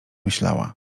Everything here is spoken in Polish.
myślała